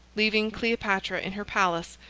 leaving cleopatra in her palace,